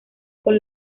con